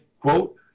quote